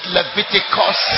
Leviticus